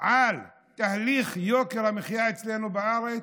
על תהליך יוקר המחיה אצלנו בארץ,